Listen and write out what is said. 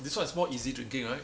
this one is more easy drinking right